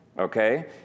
Okay